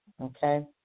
Okay